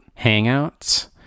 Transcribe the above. Hangouts